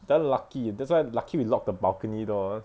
then lucky that's why lucky we locked the balcony door ah